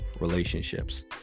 relationships